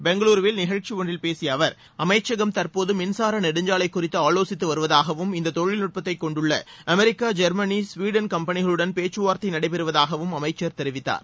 பெங்களுருவில் நிகழ்ச்சி ஒன்றில் பேசிய அவர் அமைச்சகம் தற்போது மின்சார நெடுஞ்சாலை குறித்து ஆலோசித்து வருவதாகவும் இந்தத் தொழில்நட்பத்தை கொண்டுள்ள அமெரிக்க ஜெர்மானிய ஸ்வீடன் கம்பெனிகளுடன் பேச்சுவார்த்தை நடைபெறுவதாகவும் அமைச்சர் தெரிவித்தார்